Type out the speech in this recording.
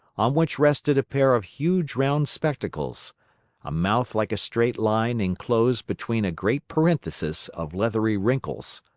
on which rested a pair of huge round spectacles a mouth like a straight line inclosed between a great parenthesis of leathery wrinkles.